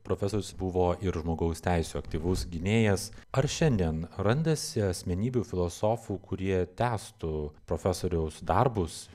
profesorius buvo ir žmogaus teisių aktyvus gynėjas ar šiandien randasi asmenybių filosofų kurie tęstų profesoriaus darbus